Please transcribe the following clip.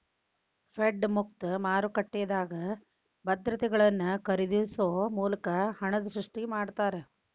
Fed ಮುಕ್ತ ಮಾರುಕಟ್ಟೆದಾಗ ಭದ್ರತೆಗಳನ್ನ ಖರೇದಿಸೊ ಮೂಲಕ ಹಣನ ಸೃಷ್ಟಿ ಮಾಡ್ತಾರಾ